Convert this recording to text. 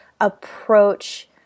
approach